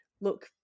look